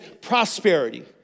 prosperity